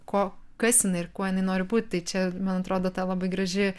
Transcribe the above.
ko kas jinai ir kuo jinai nenori būti tai čia man atrodo ta labai graži